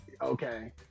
okay